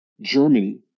Germany